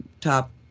top